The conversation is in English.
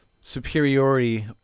superiority